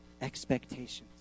expectations